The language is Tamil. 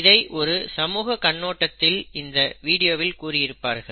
இதை ஒரு சமூகக் கண்ணோட்டத்தில் இந்த வீடியோவில் கூறியிருப்பார்கள்